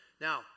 Now